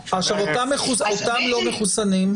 אותם לא מחוסנים?